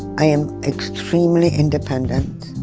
i am extremely independent.